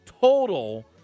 total